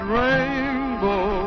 rainbow